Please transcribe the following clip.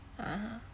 (uh huh)